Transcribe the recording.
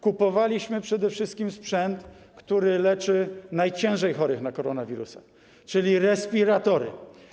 Kupowaliśmy przede wszystkim sprzęt, który leczy najciężej chorych na koronawirusa, czyli respiratory.